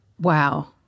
Wow